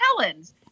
Helens